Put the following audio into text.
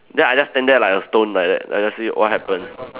then I just stand there like a stone like that like just say what happen